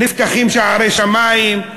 נפתחים שערי שמים,